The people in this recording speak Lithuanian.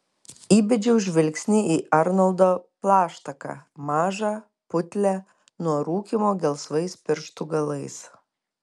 įbedžiau žvilgsnį į arnoldo plaštaką mažą putlią nuo rūkymo gelsvais pirštų galais